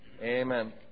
Amen